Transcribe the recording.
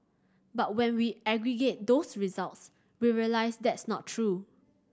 but when we aggregate those results we realise that's not true